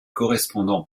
correspondant